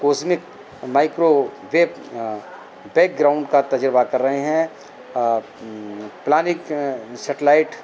cosmic microwave background کا تجربہ کر رہے ہیں پلانک سیٹلائٹ